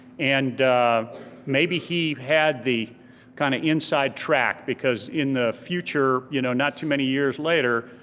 and maybe he had the kind of inside track because in the future, you know not too many years later,